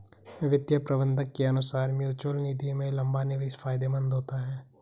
वित्तीय प्रबंधक के अनुसार म्यूचअल निधि में लंबा निवेश फायदेमंद होता है